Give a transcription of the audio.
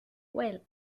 well